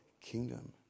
kingdom